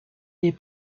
les